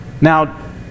Now